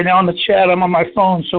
you know on the chat, i'm on my phone. so